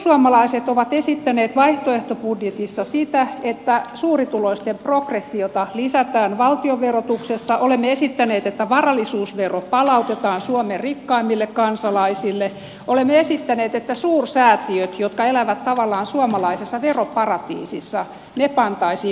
perussuomalaiset ovat esittäneet vaihtoehtobudjetissa sitä että suurituloisten progressiota lisätään valtion verotuksessa olemme esittäneet että varallisuusvero palautetaan suomen rikkaimmille kansalaisille olemme esittäneet että suursäätiöt jotka elävät tavallaan suomalaisessa veroparatiisissa pantaisiin verolle